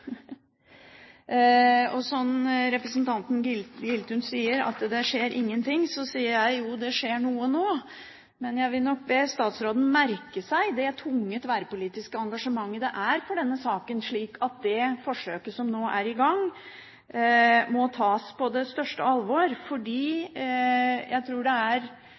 Og når representanten Giltun sier at det skjer ingenting, så sier jeg: Jo, det skjer noe nå. Men jeg vil nok be statsråden merke seg det tunge tverrpolitiske engasjementet det er i denne saken, slik at det forsøket som nå er i gang, må tas på det største alvor, fordi jeg tror det er